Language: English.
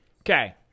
Okay